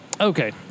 okay